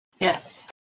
Yes